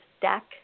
deck